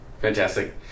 Fantastic